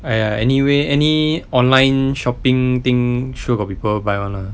!aiya! anyway any online shopping thing sure got people buy [one] lah